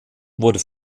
wurde